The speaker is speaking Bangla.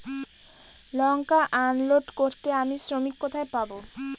লঙ্কা আনলোড করতে আমি শ্রমিক কোথায় পাবো?